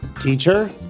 teacher